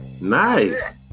Nice